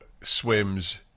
swims